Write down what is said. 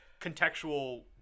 contextual